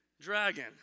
dragon